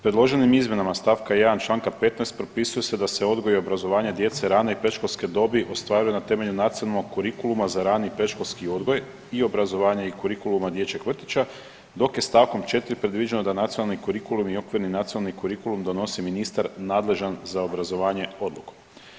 Predloženim izmjenama st. 1. čl. 15. propisuje se da se odgoj i obrazovanje djece rane i predškolske dobi ostvaruje na temelju nacionalnog kurikuluma za rani i predškolski odgoj i obrazovanje i kurikuluma dječjeg vrtića, dok je st. 4. predviđeno da nacionalni kurikulum i okvirni nacionalni kurikulum donosi ministar nadležan za obrazovanje odlukom.